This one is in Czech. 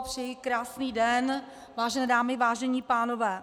Přeji krásný den, vážené dámy, vážení pánové.